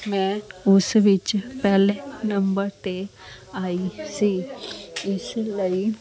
ਮੈਂ ਉਸ ਵਿੱਚ ਪਹਿਲੇ ਨੰਬਰ 'ਤੇ ਆਈ ਸੀ ਇਸ ਲਈ